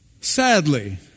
Sadly